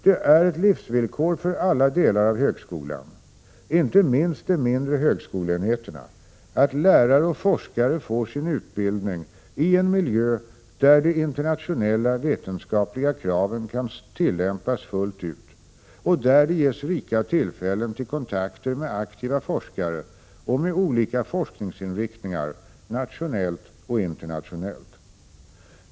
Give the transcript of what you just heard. Det är ett livsvillkor för alla delar av högskolan, inte minst de mindre högskoleenheterna, att lärare och forskare får sin utbildning i en miljö där de internationella vetenskapliga kraven kan tillämpas fullt ut och där det ges rika tillfällen till kontakter med aktiva forskare och med olika forskningsinriktningar, nationellt och internationellt.